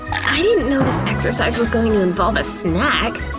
i didn't know this exercise was going to involve a snack!